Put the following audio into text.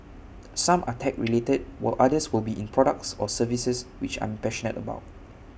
some are tech related while others will be in products or services which I'm passionate about